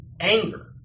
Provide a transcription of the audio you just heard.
anger